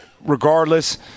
regardless